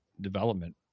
development